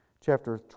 chapter